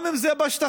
גם אם זה בשטחים,